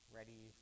ready